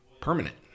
permanent